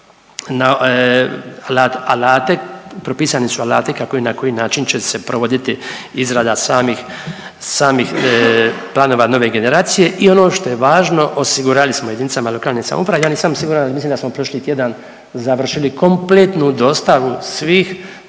alate propisani su alati kako i na koji način će se provoditi izrada samih planova nove generacije i ono što je važno osigurali smo jedinicama lokalne samouprave, ja nisam siguran, al mislim da smo prošli tjedan završili kompletnu dostavu svih